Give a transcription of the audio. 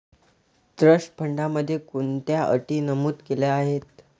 Trust फंडामध्ये कोणत्या अटी नमूद केल्या आहेत?